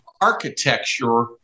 architecture